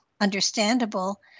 understandable